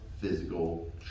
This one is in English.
physical